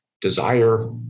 desire